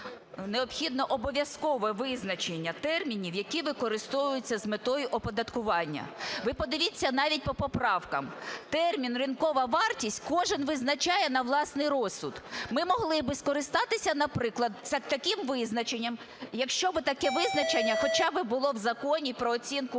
необхідне обов'язкове визначення термінів, які використовуються з метою оподаткування. Ви подивіться навіть по поправкам, термін "ринкова вартість" кожен визначає на власний розсуд. Ми могли б скористатися, наприклад, таким визначенням, якщо б таке визначення хоча б було в Законі про оцінку